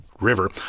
river